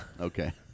Okay